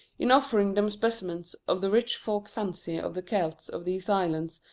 in offering them specimens of the rich folk-fancy of the celts of these islands,